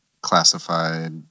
classified